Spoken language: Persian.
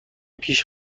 پیش